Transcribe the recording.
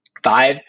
five